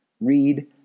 Read